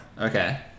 Okay